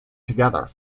together